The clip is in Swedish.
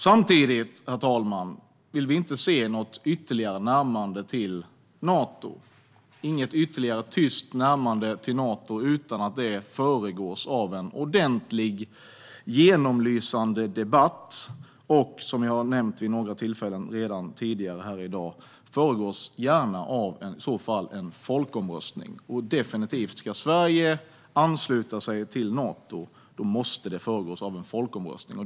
Samtidigt, herr talman, vill vi inte se något ytterligare tyst närmande till Nato utan att det föregås av en ordentlig, genomlysande debatt och, som jag nämnt vid några tillfällen tidigare i dag, gärna av en folkomröstning. Ska Sverige ansluta sig till Nato måste det definitivt föregås av en folkomröstning.